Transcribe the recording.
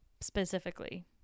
specifically